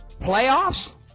Playoffs